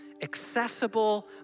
accessible